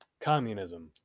communism